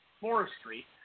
Forestry